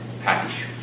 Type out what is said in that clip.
package